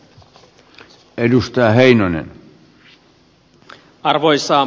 arvoisa puhemies